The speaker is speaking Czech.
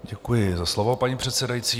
Děkuji za slovo, paní předsedající.